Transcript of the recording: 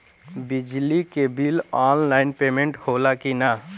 बिजली के bill online payment होला कि ना?